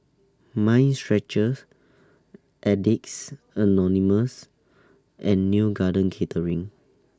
Mind Stretcher Addicts Anonymous and Neo Garden Catering